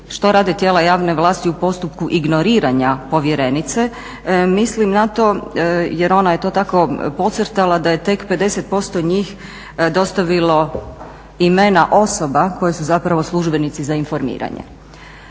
što rade tijela javne vlasti u postupku ignoriranja povjerenice mislim na to jer ona je to tako podcrtala da je tek 50% njih dostavilo imena osoba koje su zapravo službenici za informiranje.